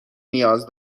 نیاز